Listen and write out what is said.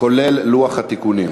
כולל לוח התיקונים.